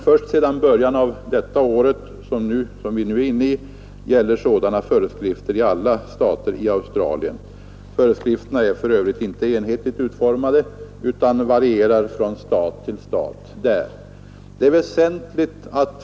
Först sedan början av det år vi nu är inne i gäller sådana föreskrifter i alla Australiens delstater. De är för övrigt inte enhetligt utformade utan varierar från stat till stat.